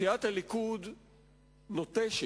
סיעת הליכוד נוטשת